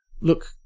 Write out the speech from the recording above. look